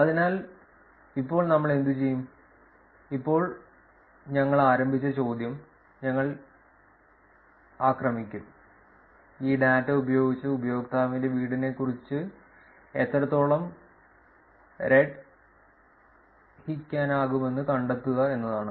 അതിനാൽ ഇപ്പോൾ നമ്മൾ എന്തുചെയ്യും ഇപ്പോൾ ഞങ്ങൾ ആരംഭിച്ച ചോദ്യം ഞങ്ങൾ ആക്രമിക്കും ഈ ഡാറ്റ ഉപയോഗിച്ച് ഉപയോക്താവിന്റെ വീടിനെക്കുറിച്ച് എത്രത്തോളം redഹിക്കാനാകുമെന്ന് കണ്ടെത്തുക എന്നതാണ്